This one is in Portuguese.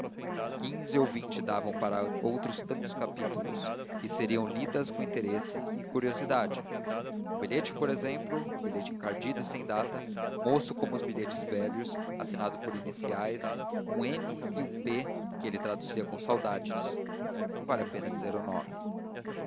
quinze ou vinte davam para outros tantos capítulos e seriam lidas com interesse e curiosidade um bilhete por exemplo um bilhete encardido e sem data moço como os bilhetes velhos assinado por iniciais um m e um p que ele traduzia com saudades não vale a pena dizer o nome